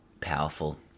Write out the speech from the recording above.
powerful